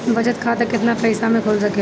बचत खाता केतना पइसा मे खुल सकेला?